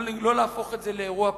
לא להפוך את זה לאירוע פלילי,